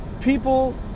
people